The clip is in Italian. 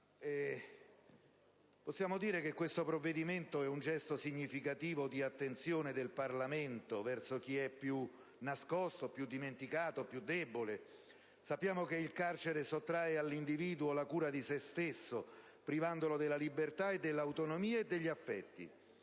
Possiamo dire che il provvedimento all'esame è un gesto significativo di attenzione del Parlamento verso chi è più nascosto, più dimenticato, più debole; sappiamo che il carcere sottrae all'individuo la cura di sé stesso, privandolo della libertà, dell'autonomia e degli affetti.